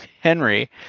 Henry